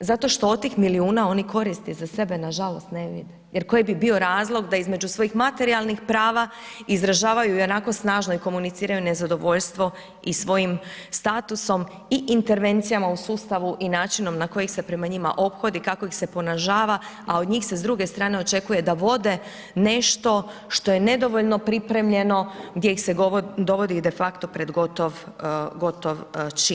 zato što od tih milijuna oni koristi za sebe nažalost ne vide jer koji bi bio razlog da između svojih materijalnih prava izražavaju ionako snažno i komuniciraju nezadovoljstvo i svojim statusom i intervencijama u sustavu i načinom na koji se prema njima ophodi, kako ih se ponižava, a od njih se s druge strane očekuje da vode nešto što je nedovoljno pripremljeno, gdje ih se dovodi de facto pred gotov čin.